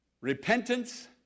repentance